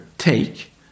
take